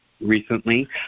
recently